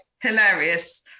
hilarious